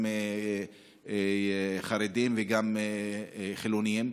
גם חרדים וגם חילונים.